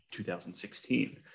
2016